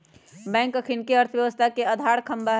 bank अखनिके अर्थव्यवस्था के अधार ख़म्हा हइ